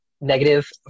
negative